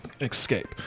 escape